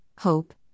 hope